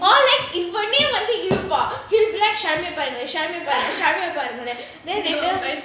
malu he'll be like இப்போ நீ வந்துருப்ப:ippo nee vanthurupa then later